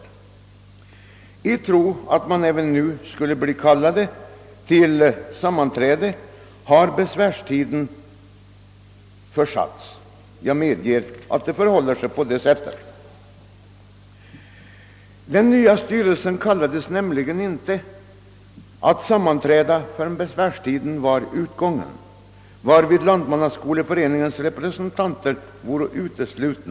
Då man inom Lantmannaskoleföreningen trodde att dess representanter även denna gång skulle kallas till sammanträde, har besvärstiden försuttits — jag medger att det förhåller sig på det sättet. Den nya styrelsen kallades nämligen inte att sammanträda förrän besvärstiden var utgången. Till detta sammanträde hade alltså Lantmannaskoleföreningens representanter inte kallats.